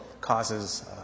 causes